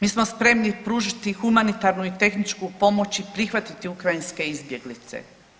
Mi smo spremni pružiti humanitarnu i tehničku pomoć i prihvatiti ukrajinske izbjeglice.